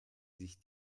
sich